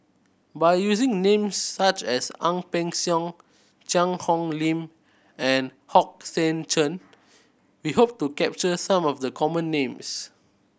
by using names such as Ang Peng Siong Cheang Hong Lim and Hong Sek Chern we hope to capture some of the common names